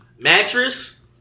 mattress